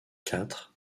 quatre